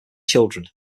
children